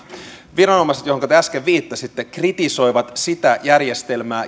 viranomaiset joihinka te äsken viittasitte kritisoivat sitä järjestelmää